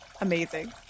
amazing